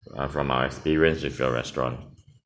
uh from our experience with your restaurant